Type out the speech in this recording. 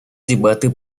дебаты